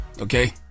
Okay